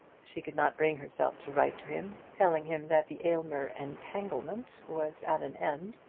she could not bring herself to write to him, telling him that the aylmer entanglement was at an end.